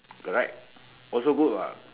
correct also good what